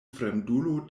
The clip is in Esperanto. fremdulo